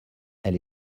elle